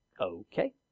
Okay